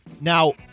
Now